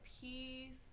peace